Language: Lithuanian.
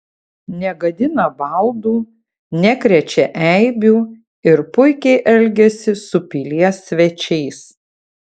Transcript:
negadina baldų nekrečia eibių ir puikiai elgiasi su pilies svečiais